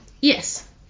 Yes